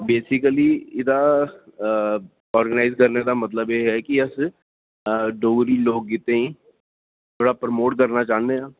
basically एह्दा organise करने दा मतलब एह् ऐ कि अस डोगरी लोक गीतें गी परा प्रमोट करना चाह्न्ने आं